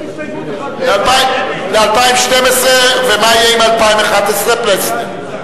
על 2012. ומה יהיה עם 2011, פלסנר?